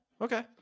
Okay